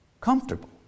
comfortable